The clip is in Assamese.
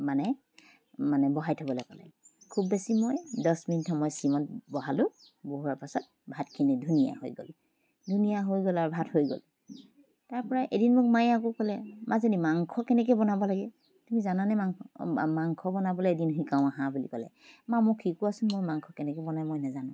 মানে মানে বহাই থ'বলৈ ক'লে খুব বেছি মই দহ মিনিট সময় চিমত বহালোঁ বহোৱাৰ পাছত ভাতখিনি ধুনীয়া হৈ গ'ল ধুনীয়া হৈ গ'ল আৰু ভাত হৈ গ'ল তাৰ পৰা এদিন মায়ে মোক আকৌ ক'লে মাজনী মাংস কেনেকৈ বনাব লাগে তুমি জানানে মাংস মাংস বনাবলৈ এদিন শিকাওঁ আহাঁ বুলি ক'লে মা মোক শিকোৱাচোন মই মাংস কেনেকৈ বনাই মই নাজানো